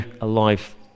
alive